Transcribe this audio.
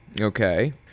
Okay